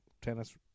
tennis